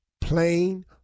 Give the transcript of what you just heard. Plain